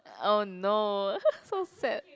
oh no so sad